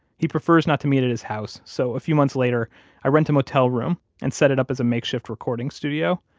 he prefers not to meet at his house, so a few months later i rent a motel room and set it up as a makeshift recording studio